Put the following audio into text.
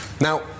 now